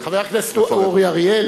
חבר הכנסת אורי אריאל,